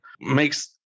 makes